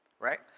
right